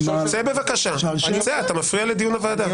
צא בבקשה, אתה מפריע לדיון הוועדה.